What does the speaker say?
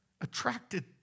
attracted